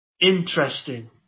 Interesting